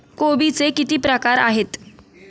कोबीचे किती प्रकार आहेत?